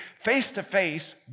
face-to-face